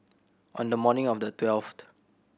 on the morning of the twelfth